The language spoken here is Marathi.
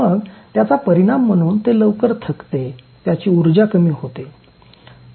मग त्याचा परिणाम म्हणून ते लवकर थकते त्याची ऊर्जा कमी होते